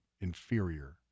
inferior